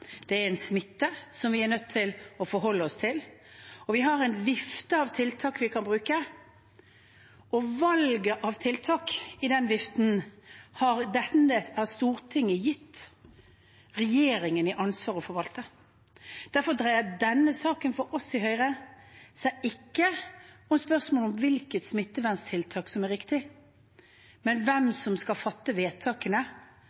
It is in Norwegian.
Det er en smitte vi er nødt til å forholde oss til. Vi har en vifte av tiltak vi kan bruke, og valget av tiltak i den viften har Stortinget gitt regjeringen i ansvar å forvalte. Derfor dreier denne saken for oss i Høyre seg ikke om spørsmålet om hvilke smitteverntiltak som er riktige, men